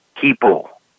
people